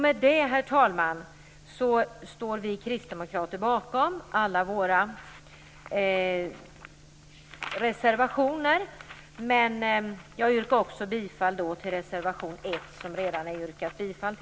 Med det, herr talman, vill jag säga att vi kristdemokrater står bakom alla våra reservationer och att jag också yrkar bifall till reservation 1.